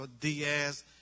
Diaz